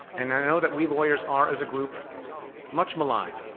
and i know that we lawyers are as a group much maligned.